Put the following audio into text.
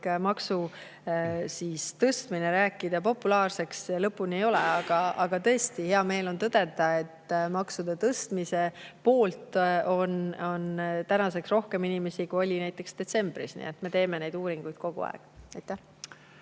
maksu tõstmine populaarseks rääkida? Lõpuni ei ole, aga tõesti hea meel on tõdeda, et maksude tõstmise poolt on tänaseks rohkem inimesi, kui oli näiteks detsembris. Me teeme neid uuringuid kogu aeg.